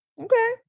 okay